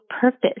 purpose